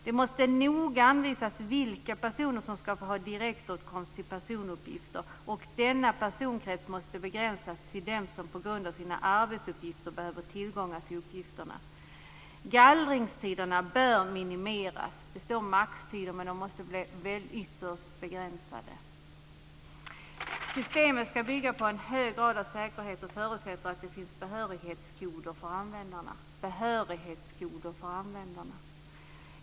Det måste noga anvisas vilka personer som ska få ha direktåtkomst till personuppgifter, och denna personkrets måste begränsas till dem som på grund av sina arbetsuppgifter behöver tillgång till uppgifterna. - Gallringstiderna bör minimeras. Det står "maxtider", men de måste bli ytterst begränsade. Systemet ska bygga på en hög grad av säkerhet och förutsätter att det finns behörighetskoder för användarna.